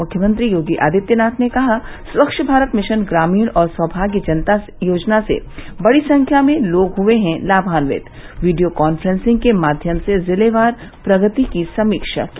मुख्यमंत्री योगी आदित्यनाथ ने कहा खच्छ भारत मिशन ग्रामीण और सौमाग्य योजना से बड़ी संख्या में लोग हुए है लामान्वित वीडियो कांफ्रेंसिंग के माध्यम से जिलेवार प्रगति की समीक्षा की